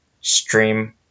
stream